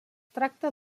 tracta